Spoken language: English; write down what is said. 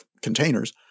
containers